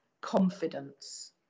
confidence